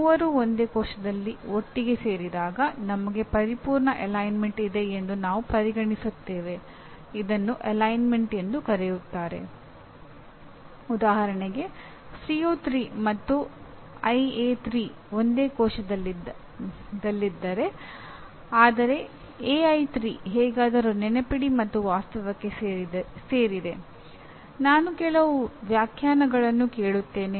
ಮೂವರೂ ಒಂದೇ ಕೋಶದಲ್ಲಿ ಒಟ್ಟಿಗೆ ಸೇರಿದಾಗ ನಮಗೆ ಪರಿಪೂರ್ಣ ಅಲೈನ್ಮೆಂಟ್ ಎಂದು ಕರೆಯುತ್ತಾರೆ